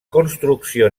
construcció